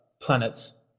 planets